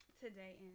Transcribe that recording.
Today